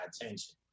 attention